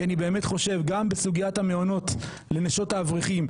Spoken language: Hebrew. כי אני באמת חושב גם בסוגיית המעונות לנשות האברכים,